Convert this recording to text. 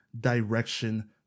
direction